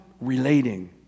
relating